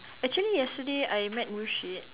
actually yesterday I met Rushid